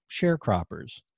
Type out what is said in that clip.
sharecroppers